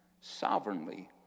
sovereignly